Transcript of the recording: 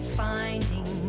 finding